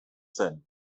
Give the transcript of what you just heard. zen